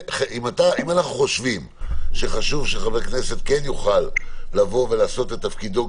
אנחנו חושבים שחשוב שחבר כנסת כן יוכל לעשות את תפקידו,